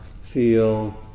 feel